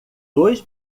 dois